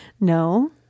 No